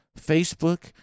Facebook